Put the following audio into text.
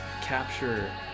capture